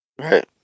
Right